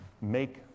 make